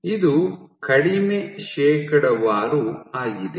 ಇದು ಕಡಿಮೆ ಶೇಕಡಾವಾರು ಆಗಿದೆ